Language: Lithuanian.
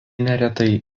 neretai